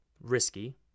risky